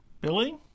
Billy